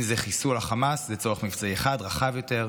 אם זה חיסול החמאס, זה צורך מבצעי אחד, רחב יותר,